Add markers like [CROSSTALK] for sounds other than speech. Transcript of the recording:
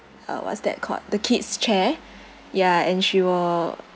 uh what's that called the kid's chair [BREATH] ya and she were